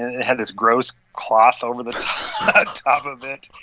it had this gross cloth over the top of it.